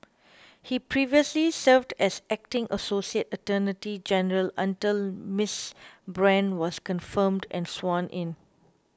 he previously served as acting associate attorney general until Miss Brand was confirmed and sworn in